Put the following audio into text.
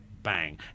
bang